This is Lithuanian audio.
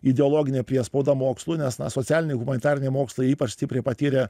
ideologinė priespauda mokslui nes na socialiniai humanitariniai mokslai ypač stipriai patyrė